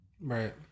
right